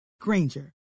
Granger